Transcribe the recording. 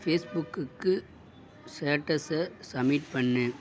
ஃபேஸ்புக்குக்கு ஸ்டேட்டஸை சமிட் பண்ணு